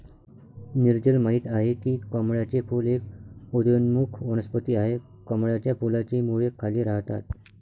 नीरजल माहित आहे की कमळाचे फूल एक उदयोन्मुख वनस्पती आहे, कमळाच्या फुलाची मुळे खाली राहतात